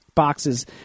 boxes